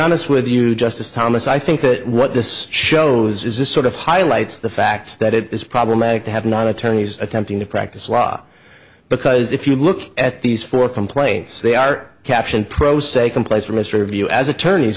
honest with you justice thomas i think that what this shows is this sort of highlights the fact that it is problematic to have not attorneys attempting to practice law because if you look at these four complaints they are captioned pro se complex for mr view as attorneys